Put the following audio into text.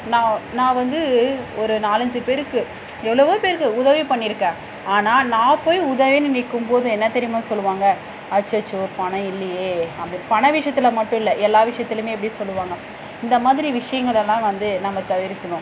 நான் நான் வந்து ஒரு நாலஞ்சு பேருக்கு எவ்வளவோ பேருக்கு உதவி பண்ணியிருக்கேன் ஆனால் நான் போய் உதவின்னு நிற்கும் போது என்ன தெரியுமா சொல்லுவாங்கள் அச்சச்சோ பணம் இல்லையே அப்படின்னு பண விஷயத்தில் மட்டும் இல்லை எல்லா விஷயத்துலேயுமே இப்படி சொல்லுவாங்கள் இந்த மாதிரி விஷயங்கள் எல்லாம் வந்து நம்ம தவிர்க்கணும்